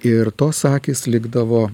ir tos akys likdavo